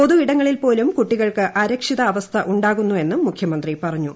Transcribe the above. പൊതു ഇടങ്ങളിൽപോലും കുട്ടികൾക്ക് അരക്ഷിതാവസ്ഥയുണ്ടാവുന്നു എന്നും മുഖ്യമന്ത്രി പറഞ്ഞു